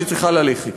שצריכה ללכת.